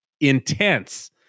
intense